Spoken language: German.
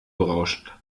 berauschend